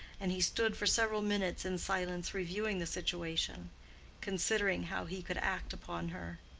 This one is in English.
and he stood for several minutes in silence reviewing the situation considering how he could act upon her.